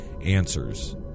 answers